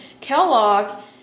Kellogg